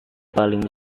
paling